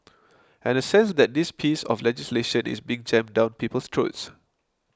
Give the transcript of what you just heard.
and a sense that this piece of legislation is being jammed down people's throats